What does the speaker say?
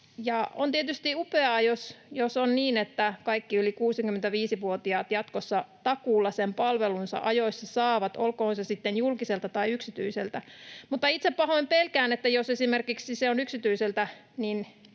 On tietysti upeaa, jos on niin, että kaikki yli 65-vuotiaat jatkossa takuulla sen palvelunsa ajoissa saavat, olkoon se sitten julkiselta tai yksityiseltä, mutta itse pahoin pelkään, että jos se on esimerkiksi yksityiseltä,